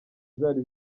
zari